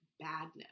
badness